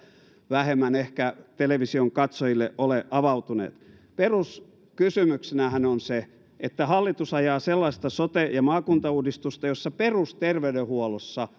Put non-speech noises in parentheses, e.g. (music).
vähemmän ehkä televisionkatsojille ole avautunut peruskysymyksenähän on se että hallitus ajaa sellaista sote ja maakuntauudistusta jossa perusterveydenhuollossa (unintelligible)